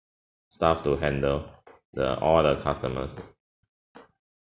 staff to handle the all the customers